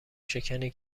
شکنی